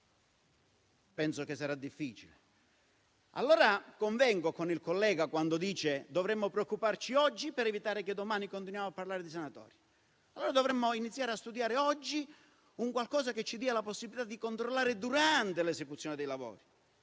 Penso che sarà difficile trovarla. Convengo, dunque, con il collega quando dice che dovremmo preoccuparci oggi per evitare domani di continuare a parlare di sanatoria. Dovremmo iniziare a studiare oggi qualche misura che ci dia la possibilità di controllare durante l'esecuzione dei lavori.